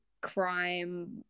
crime